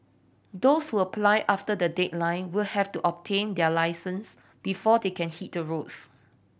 those who apply after the deadline will have to obtain their licence before they can hit the roads